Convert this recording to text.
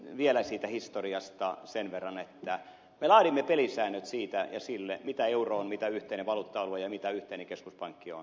vielä siitä historiasta sen verran että me laadimme pelisäännöt siitä ja sille mitä euro on mitä yhteinen valuutta alue on ja mitä yhteinen keskuspankki on